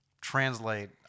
translate